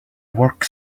work